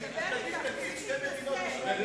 תפסיק להתנשא, תדבר